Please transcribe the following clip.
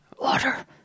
Water